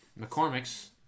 mccormick's